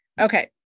Okay